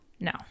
no